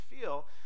feel